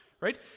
right